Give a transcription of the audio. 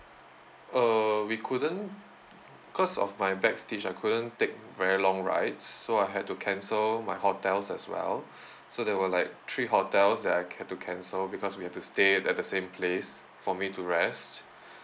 err we couldn't cause of my back stitch I couldn't take very long rides so I had to cancel my hotels as well so there were like three hotels that I have to cancel because we had to stay at the same place for me to rest